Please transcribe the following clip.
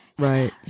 right